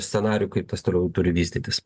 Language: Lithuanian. scenarijų kaip tas toliau turi vystytis